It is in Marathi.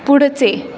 पुढचे